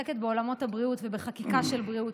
שעוסקת בעולמות הבריאות ובחקיקה של בריאות,